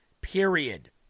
Period